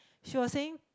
she was saying